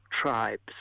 tribes